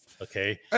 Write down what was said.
Okay